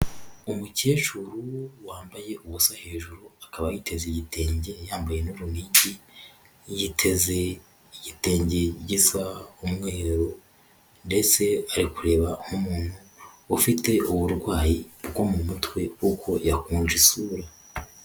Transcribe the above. Umukecuru wambaye ubusa, hejuru akaba yiteze igitenge yambaye n'urunigi, yiteze igitenge gisa umweru ndetse ari kureba nk'umuntu ufite uburwayi bwo mu mutwe kuko yakunje isura.